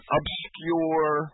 obscure